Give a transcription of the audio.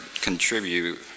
contribute